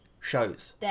shows